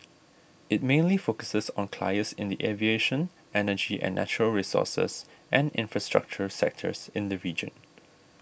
it mainly focuses on clients in the aviation energy and natural resources and infrastructure sectors in the region